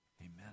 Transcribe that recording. Amen